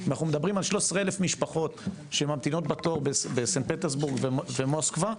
אנחנו מדברים על כ-13,000 משפחות שממתינות בתור בסנט פטרסבורג ובמוסקבה,